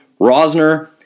Rosner